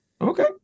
Okay